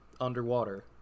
underwater